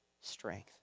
strength